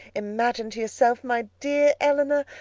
imagine to yourself, my dear elinor,